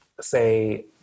say